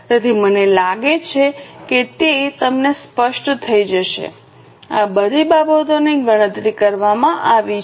તેથી મને લાગે છે કે તે તમને સ્પષ્ટ થઈ જશે આ બધી બાબતોની ગણતરી કરવામાં આવી છે